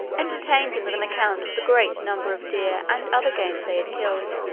entertained him with an account of the great number of deer and other game they had killed,